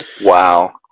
wow